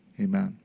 Amen